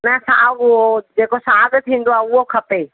न साॻु उहो साॻु थींदो आहे उहो खपे